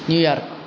New York